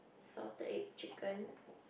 salted egg chicken